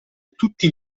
tutti